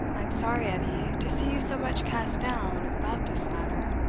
i am sorry, edie, to see you so much cast down about this matter.